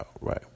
right